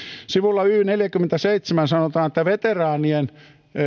sivulla y neljäänkymmeneenseitsemään sanotaan että veteraanien